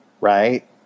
right